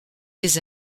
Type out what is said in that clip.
des